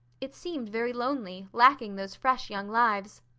it seemed very lonely, lacking those fresh young lives.